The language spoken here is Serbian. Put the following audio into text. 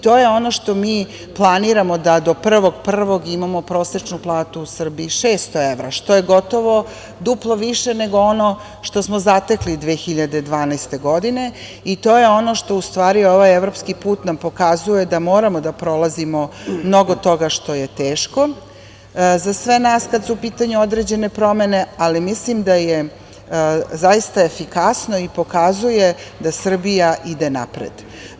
To je ono što mi planiramo da do 1. januara imamo prosečnu platu u Srbiji 600 evra, što je gotovo duplo više nego ono što smo zatekli 2012. godine, i to je ono što ustvari ovaj evropski put nam pokazuje da moramo da prolazimo mnogo toga što je teško, za sve nas kada su u pitanju određene promene, ali mislim da je efikasno i da pokazuje, da Srbija ide napred.